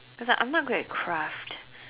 because like I'm not good at craft